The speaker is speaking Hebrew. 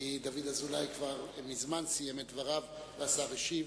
כי דוד אזולאי כבר מזמן סיים את דבריו והשר השיב.